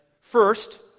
First